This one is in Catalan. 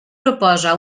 proposa